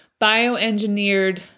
bioengineered